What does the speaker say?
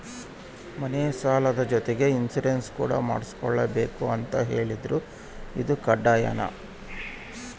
ಮನೆ ಸಾಲದ ಜೊತೆಗೆ ಇನ್ಸುರೆನ್ಸ್ ಕೂಡ ಮಾಡ್ಸಲೇಬೇಕು ಅಂತ ಹೇಳಿದ್ರು ಇದು ಕಡ್ಡಾಯನಾ?